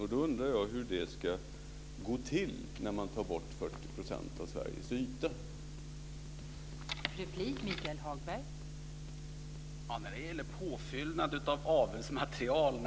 Jag undrar hur det ska gå till när man vill undanta 40 % av Sveriges yta i detta sammanhang.